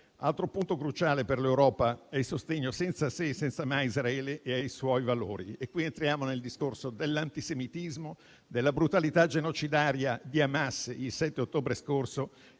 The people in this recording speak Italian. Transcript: Altro punto cruciale per l'Europa è il sostegno senza se e senza ma a Israele e ai suoi valori. In questo caso entriamo nel discorso dell'antisemitismo, della brutalità genocidaria di Hamas il 7 ottobre scorso